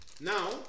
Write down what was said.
now